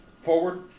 Forward